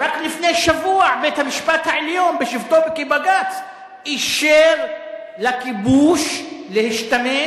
רק לפני שבוע בית-המשפט העליון בשבתו כבג"ץ אישר לכיבוש להשתמש